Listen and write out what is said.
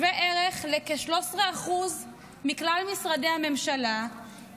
קיצוץ ששווה ערך לכ-13% מכלל משרדי הממשלה.